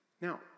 Now